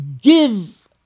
give